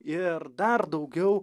ir dar daugiau